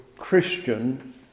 Christian